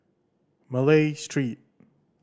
Malay Street